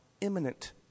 imminent